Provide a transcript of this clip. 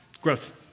Growth